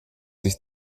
sich